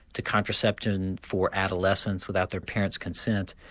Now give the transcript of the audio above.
to contraception for adolescents without their parents' consent,